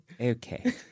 Okay